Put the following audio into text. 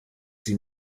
sie